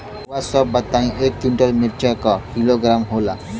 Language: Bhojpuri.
रउआ सभ बताई एक कुन्टल मिर्चा क किलोग्राम होला?